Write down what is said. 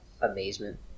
amazement